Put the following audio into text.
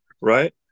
right